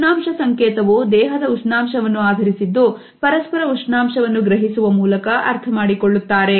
ಉಷ್ಣಾಂಶ ಸಂಕೇತವು ದೇಹದ ಉಷ್ಣಾಂಶವನ್ನು ಆಧರಿಸಿದ್ದು ಪರಸ್ಪರ ಉಷ್ಣಾಂಶವನ್ನು ಗ್ರಹಿಸುವ ಮೂಲಕ ಅರ್ಥಮಾಡಿಕೊಳ್ಳುತ್ತಾರೆ